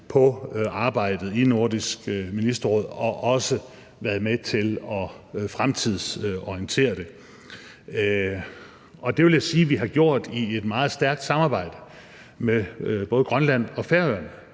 på arbejdet i Nordisk Ministerråd og også været med til at fremtidsorientere det. Og det vil jeg sige at vi har gjort i et meget stærkt samarbejde med både Grønland og Færøerne.